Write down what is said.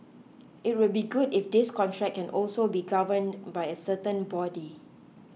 it would be good if this contract can also be governed by a certain body